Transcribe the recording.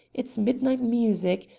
its midnight music,